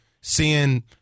seeing